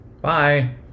Bye